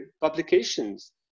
publications